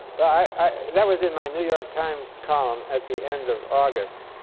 that was in my new york times column at the end of august.